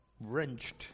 wrenched